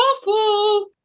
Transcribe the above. awful